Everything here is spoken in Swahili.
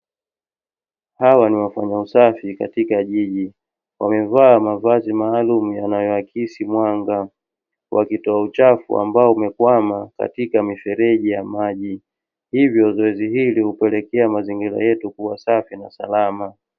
Hawa ni wafanyakazi katika jiji wamevaa mavazi maalum yanayoakisi mwanga, wakitoa uchafu ambao umekwama katika mifereji ya maji, hivyo zoezi hili hupelekea mazingira yetu kuwa safi na salama.